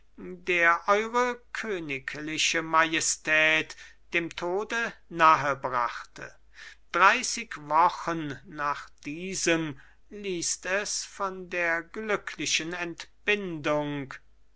der eure königliche majestät dem tode nahe brachte dreißig wochen nach diesem liest es von der glücklichen entbindung